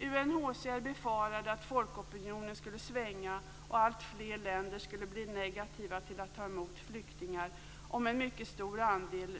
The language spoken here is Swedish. UNHCR befarade att folkopinionen skulle svänga och att alltfler länder skulle bli negativa till att ta emot flyktingar om en mycket stor andel